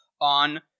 on